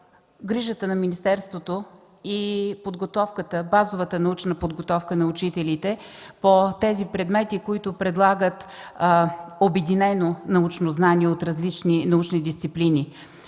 грижата на министерството и базовата научна подготовка на учителите по тези предмети, които предлагат обединено научно знание от различни научни дисциплини.